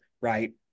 right